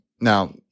Now